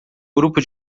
grupo